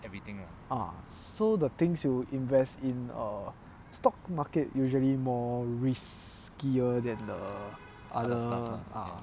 ah so the things you invest in a stock market usually more riskier than the other ah